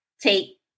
take